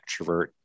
extrovert